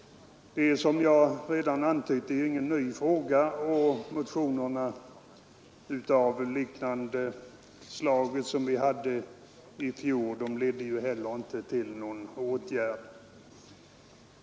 Det är som jag redan antytt ingen ny fråga, och motioner av liknande slag i fjol ledde ju inte heller till någon åtgärd.